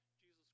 Jesus